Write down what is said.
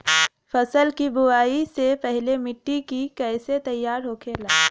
फसल की बुवाई से पहले मिट्टी की कैसे तैयार होखेला?